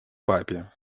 папе